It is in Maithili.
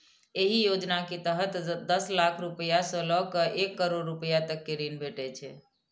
एहि योजना के तहत दस लाख रुपैया सं लए कए एक करोड़ रुपैया तक के ऋण भेटै छै